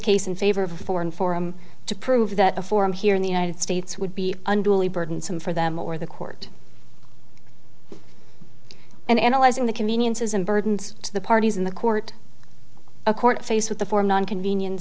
case in favor for and for him to prove that a forum here in the united states would be unduly burdensome for them or the court and analyzing the conveniences and burdens to the parties in the court a court faced with the foreman convenience